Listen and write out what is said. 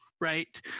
Right